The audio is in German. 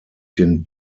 den